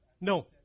No